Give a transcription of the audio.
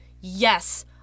Yes